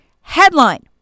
headline